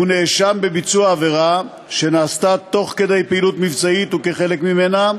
הוא נאשם בביצוע עבירה שנעשתה תוך כדי פעילות מבצעית וכחלק ממנה,